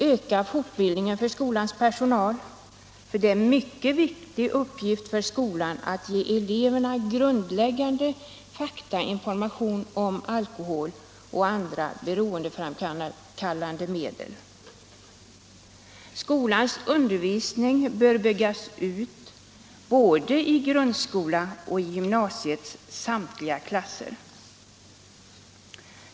Öka fortbildningen för skolans personal, för det är en mycket viktig uppgift för skolan att ge eleverna grundläggande faktainformation om alkohol och andra beroendeframkallande medel. Skolans undervisning bör byggas ut både i grundskolan och i gymnasiets samtliga klasser.